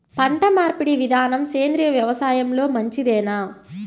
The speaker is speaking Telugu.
పంటమార్పిడి విధానము సేంద్రియ వ్యవసాయంలో మంచిదేనా?